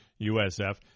USF